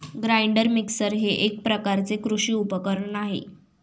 grinder mixer हे एक प्रकारचे कृषी उपकरण आहे